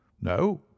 No